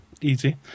easy